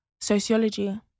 Sociology